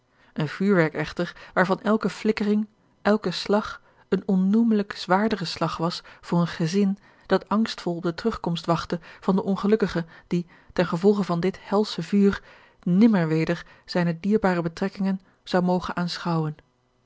een vuurwerk echter waarvan elke flikkering elke slag een onnoemelijk zwaardere slag was voor een gezin dat angstvol op de terugkomst wachtte van den ongelukkige die ten gevolge van dit helsche vuur nimmer weder zijne dierbare betrekkingen zou mogen aanschouwen